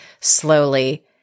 slowly